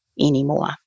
anymore